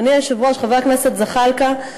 חבר הכנסת זחאלקה,